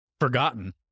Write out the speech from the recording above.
forgotten